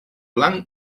blanc